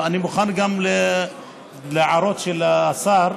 אני מוכן גם להערות של השר,